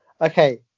Okay